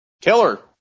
Killer